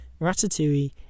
Ratatouille